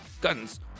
guns